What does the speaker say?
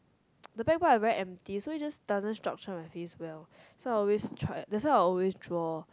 the background like very empty so it just doesn't structure my face well so I always try that's why I always draw